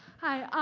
hi.